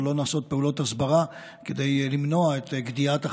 או לא נעשות פעולות הסברה כדי למנוע את גדיעת החיים.